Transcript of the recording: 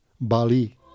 Bali